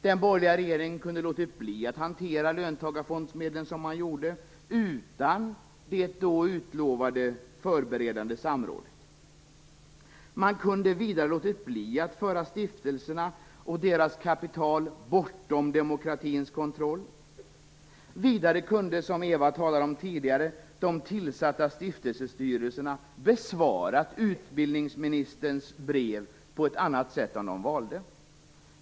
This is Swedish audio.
Den borgerliga regeringen kunde ha låtit bli att hantera löntagarfondsmedlen som man gjorde, utan det då utlovade förberedande samrådet. Man kunde vidare ha låtit bli att föra stiftelserna och deras kapital bortom demokratins kontroll. Vidare kunde, såsom Eva Arvidsson talade om tidigare, de tillsatta stiftelsestyrelserna ha besvarat utbildningsministerns brev på ett annat sätt än de valde.